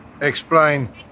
Explain